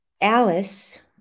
Alice